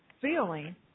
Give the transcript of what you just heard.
feeling